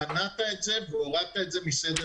שמנעת את זה והורדת את זה מסדר-היום.